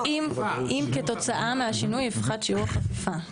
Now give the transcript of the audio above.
אם כתוצאה מהשינוי יפחת שיעור החפיפה.